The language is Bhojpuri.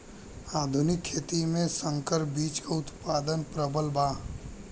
आधुनिक खेती में संकर बीज क उतपादन प्रबल बा